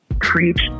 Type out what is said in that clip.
preach